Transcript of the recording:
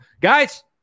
Guys